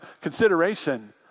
consideration